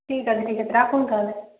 ঠিক আছে ঠিক আছে রাখুন তাহলে